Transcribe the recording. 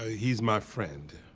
he's my friend.